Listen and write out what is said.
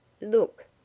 Look